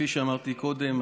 כפי שאמרתי קודם,